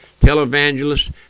televangelists